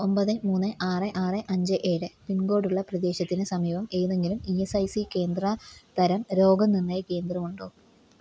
ഒമ്പത് മൂന്ന് ആറ് ആറ് അഞ്ച് ഏഴ് പിൻകോഡ് ഉള്ള പ്രദേശത്തിന് സമീപം ഏതെങ്കിലും ഇ എസ് ഐ സി കേന്ദ്ര തരം രോഗനിർണയ കേന്ദ്രം ഉണ്ടോ